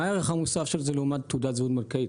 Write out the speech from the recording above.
מה הערך המוסף של זה לעומת תעודת זהות בנקאית?